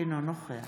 אינה נוכחת